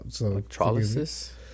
Electrolysis